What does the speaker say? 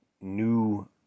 new